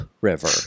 river